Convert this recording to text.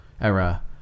era